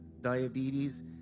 diabetes